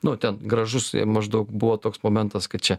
nu ten gražus maždaug buvo toks momentas kad čia